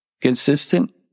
Consistent